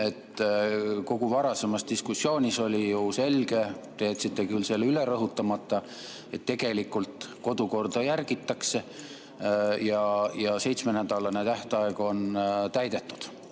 Kogu varasemas diskussioonis oli ju selge – te jätsite küll selle üle rõhutamata –, et kodukorda järgitakse ja seitsmenädalast tähtaega on järgitud.